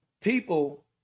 people